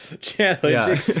Challenge